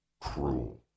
Cruel